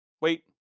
Wait